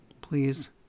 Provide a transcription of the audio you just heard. Please